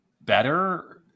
better